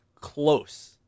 close